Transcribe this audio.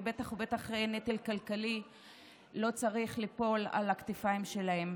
ובטח ובטח שלא צריך ליפול נטל כלכלי על הכתפיים שלהם.